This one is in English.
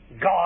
God